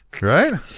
Right